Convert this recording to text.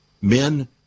men